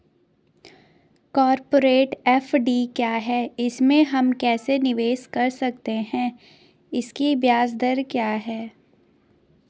Corporate FD क्या है इसमें हम कैसे निवेश कर सकते हैं इसकी ब्याज दर क्या है?